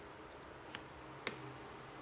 mm